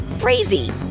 crazy